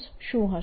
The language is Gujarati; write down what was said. M શું હશે